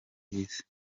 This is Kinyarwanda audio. y’isi